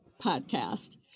podcast